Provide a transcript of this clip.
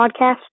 podcast